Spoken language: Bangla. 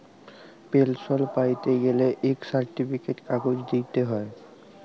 পেলসল প্যাইতে গ্যালে ইক সার্টিফিকেট কাগজ দিইতে হ্যয়